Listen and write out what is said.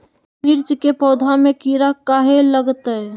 मिर्च के पौधा में किरा कहे लगतहै?